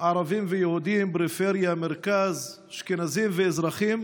ערבים ויהודים, פריפריה ומרכז, אשכנזים ומזרחים,